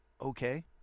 okay